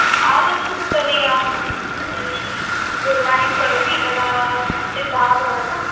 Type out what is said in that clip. आगच्छतु तर्हि अहं दूरवाणीं करोमि तदा सिद्धा भवतु